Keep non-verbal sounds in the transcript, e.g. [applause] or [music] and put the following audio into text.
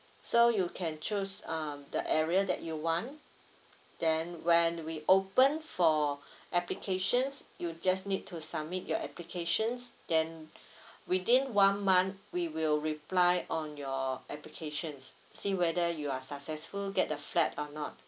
so you can choose um the area that you want then when we open for [breath] applications you just need to submit your applications then [breath] within one month we will reply on your applications see whether you are successful get the flat or not